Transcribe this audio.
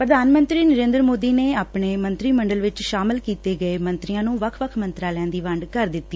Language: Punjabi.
ਪ੍ਧਾਨ ਮੰਤਰੀ ਨਰੇਂਦਰ ਮੋਦੀ ਨੇ ਆਪਣੇ ਮੰਤਰੀ ਮੰਡਲ ਵਿਚ ਸ਼ਾਮਲ ਕੀਤੇ ਗਏ ਮੰਤਰੀਆਂ ਨੂੰ ਵੱਖ ਵੱਖ ਮੰਤਰਾਲਿਆਂ ਦੀ ਵੰਡ ਕਰ ਦਿੱਤੀ